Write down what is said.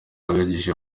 ahagije